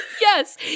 Yes